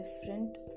different